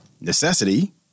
necessity